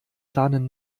planen